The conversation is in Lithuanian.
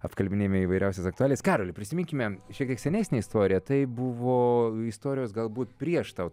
apkalbinėjame įvairiausias aktualijas karoli prisiminkime šiek tiek senesnę istoriją tai buvo istorijos galbūt prieš tau